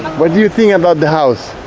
what do you think about the house?